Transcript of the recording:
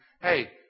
hey